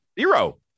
zero